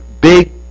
big